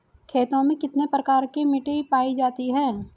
खेतों में कितने प्रकार की मिटी पायी जाती हैं?